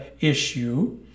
issue